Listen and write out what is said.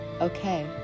okay